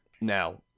Now